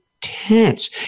tense